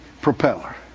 propeller